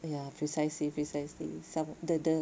ya precisely precisely it's like the the